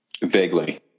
Vaguely